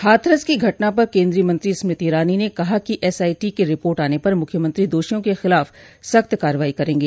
हाथरस की घटना पर केन्द्रीय मंत्री स्मृति ईरानी ने कहा कि एसआईटी की रिपोर्ट आने पर मुख्यमंत्री दोषियों के खिलाफ सख्त कार्रवाई करेंगे